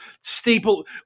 staple